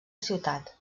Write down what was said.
ciutat